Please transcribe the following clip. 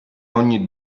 ogni